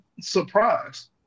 surprised